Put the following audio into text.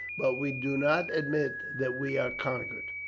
but we do not admit that we are conquered.